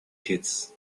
kids